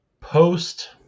post